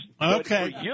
Okay